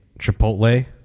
Chipotle